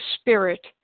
Spirit